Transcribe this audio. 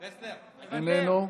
איננו,